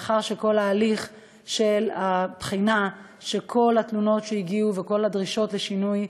לאחר כל הליך הבחינה של כל התלונות שהגיעו וכל הדרישות לשינוי,